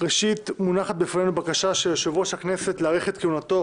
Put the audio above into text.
מונחת בפנינו בקשה של יושב-ראש הכנסת להאריך את כהונתו